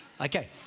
Okay